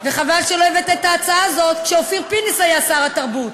חבל שלא הבאת את ההצעה הזאת כשאופיר פינס היה שר התרבות